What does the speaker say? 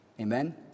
Amen